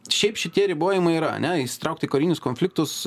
šiaip šitie ribojimai yra ane įsitraukt į karinius konfliktus